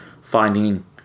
finding